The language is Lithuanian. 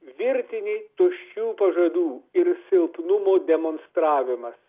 virtinė tuščių pažadų ir silpnumo demonstravimas